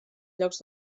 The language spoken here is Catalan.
llocs